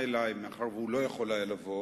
מאחר שהוא לא יכול היה לבוא